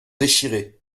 déchirées